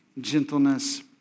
gentleness